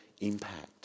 impact